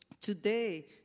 today